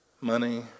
Money